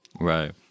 Right